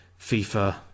FIFA